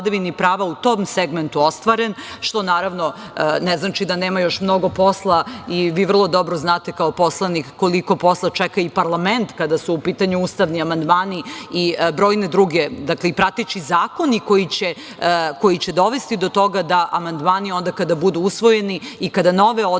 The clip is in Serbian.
u tom segmentu ostvaren, što naravno ne znači da nema još mnogo posla. Vi vrlo dobro znate, kao poslanik, koliko posla čeka i parlament kada su u pitanju ustavni amandmani i prateći zakoni koji će dovesti do toga da amandmani, onda kada budu usvojeni, i kada nove odredbe